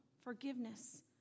forgiveness